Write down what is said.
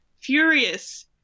furious